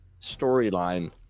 storyline